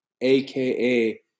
aka